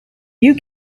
you